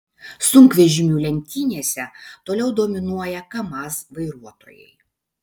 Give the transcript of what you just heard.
sunkvežimių lenktynėse toliau dominuoja kamaz vairuotojai